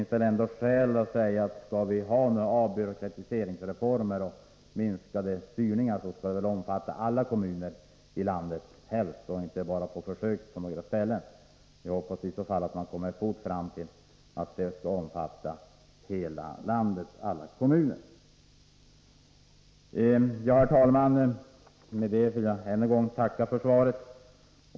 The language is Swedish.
Skall vi ha reformer för avbyråkratisering och minskad styrning skall de helst omfatta alla kommuner ilandet, inte bara genomföras på försök på några ställen. Jag hoppas att man fort kommer fram till att verksamheten skall omfatta landets alla kommuner. Herr talman! Med dessa ord vill jag än en gång tacka för svaret.